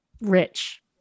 rich